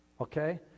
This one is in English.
okay